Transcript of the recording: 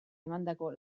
emandako